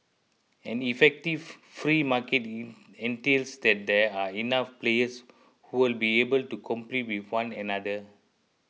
an effective free market entails that there are enough players who will be able to compete with one another